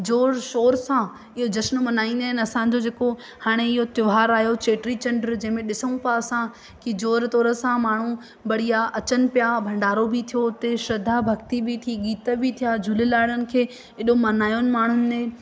ज़ोर शोर सां इहो जशन मल्हाईंदा आहिनि असांजो जेको हाणे इहो त्योहारु आहियो चेटीचंडु जंहिंमें ॾिसूं पिया असां की ज़ोर तोर सां माण्हू बढ़िया अचनि पिया भंडारो बि थियो हुते श्रद्धा भक्ति बि थी गीता बि थिया झूलेलालण खे हेॾो मञायुनि माण्हुनि ने